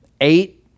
eight